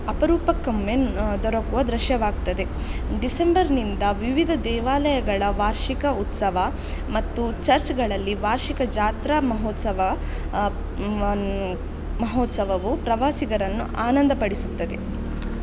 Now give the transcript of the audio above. ಅಪರೂಪಕ್ಕೊಮ್ಮೆ ದೊರಕುವ ದೃಶ್ಯವಾಗ್ತದೆ ಡಿಸೆಂಬರ್ನಿಂದ ವಿವಿಧ ದೇವಾಲಯಗಳ ವಾರ್ಷಿಕ ಉತ್ಸವ ಮತ್ತು ಚರ್ಚ್ಗಳಲ್ಲಿ ವಾರ್ಷಿಕ ಜಾತ್ರಾ ಮಹೋತ್ಸವ ಮಹೋತ್ಸವವು ಪ್ರವಾಸಿಗರನ್ನು ಆನಂದಪಡಿಸುತ್ತದೆ